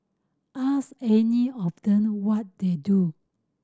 ask any of them what they do